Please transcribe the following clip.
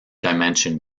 dimension